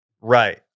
Right